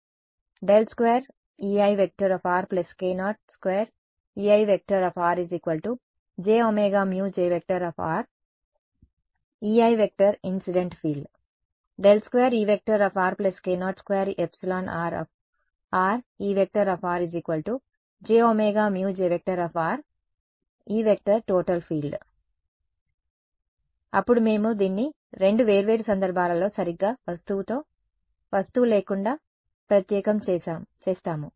2E i k02E i jωμ J E i incident field 2E k02ε r E jωμ J E total field అప్పుడు మేము దీన్ని రెండు వేర్వేరు సందర్భాలలో సరిగ్గా వస్తువుతో వస్తువు లేకుండా ప్రత్యేకం చేస్తాము